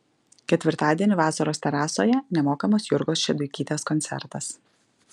ketvirtadienį vasaros terasoje nemokamas jurgos šeduikytės koncertas